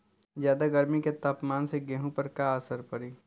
ज्यादा गर्मी के तापमान से गेहूँ पर का असर पड़ी?